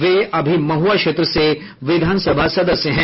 वे अभी महुआ क्षेत्र से विधानसभा सदस्य हैं